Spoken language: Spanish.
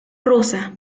rusa